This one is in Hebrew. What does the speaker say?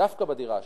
דווקא בדירה השנייה,